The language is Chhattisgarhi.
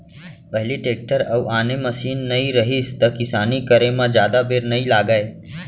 पहिली टेक्टर अउ आने मसीन नइ रहिस त किसानी करे म जादा बेर लागय